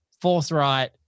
forthright